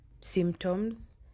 symptoms